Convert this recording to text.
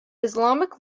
islamic